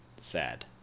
sad